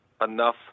enough